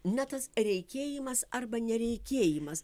na tas reikėjimas arba nereikėjimas